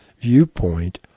viewpoint